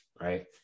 right